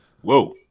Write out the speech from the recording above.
Whoa